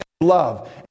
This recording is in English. love